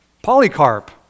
Polycarp